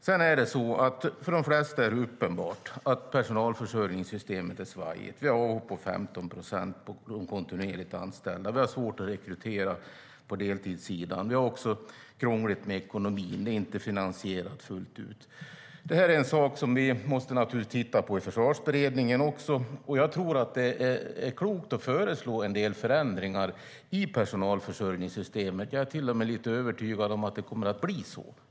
Sedan är det för de flesta uppenbart att personalförsörjningssystemet är svajigt. Vi har avhopp på 15 procent bland de kontinuerligt anställda, vi har svårt att rekrytera på deltidssidan och vi har det krångligt med ekonomin - det är inte finansierat fullt ut. Det här är en sak vi naturligtvis också måste titta på i Försvarsberedningen. Jag tror att det är klokt att föreslå en del förändringar i personalförsörjningssystemet, och jag är till och med lite övertygad om att det kommer att bli så.